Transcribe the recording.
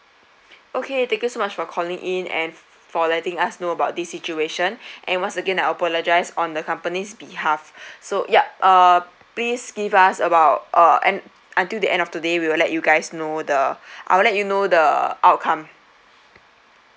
okay thank you so much for calling in and for letting us know about this situation and once again I apologise on the company's behalf so yup uh please give us about uh end until the end of today we will let you guys know the I'll let you know the outcome